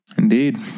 Indeed